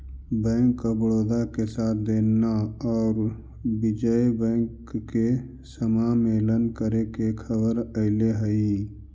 bank of Baroda के साथ देना औउर विजय बैंक के समामेलन करे के खबर अले हई